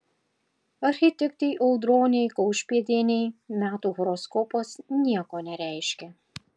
architektei audronei kaušpėdienei metų horoskopas nieko nereiškia